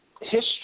history